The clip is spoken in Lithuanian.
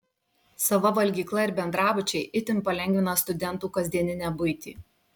sava valgykla ir bendrabučiai itin palengvina studentų kasdieninę buitį